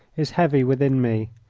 is heavy within me.